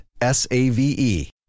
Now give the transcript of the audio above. S-A-V-E